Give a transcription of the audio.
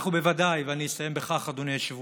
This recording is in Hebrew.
אנחנו בוודאי, ואני אסיים בכך, אדוני היושב-ראש,